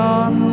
on